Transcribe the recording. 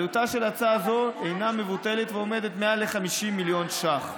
עלותה של הצעה זו אינה מבוטלת ועומדת על מעל ל-50 מיליון ש"ח,